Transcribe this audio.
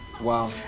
wow